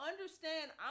understand